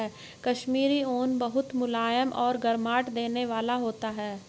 कश्मीरी ऊन बहुत मुलायम और गर्माहट देने वाला होता है